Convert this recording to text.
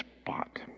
spot